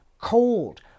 cold